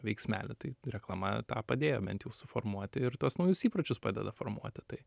veiksmelį tai reklama tą padėjo bent jau suformuoti ir tuos naujus įpročius padeda formuoti tai